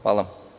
Hvala.